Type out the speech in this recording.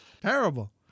terrible